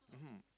mmhmm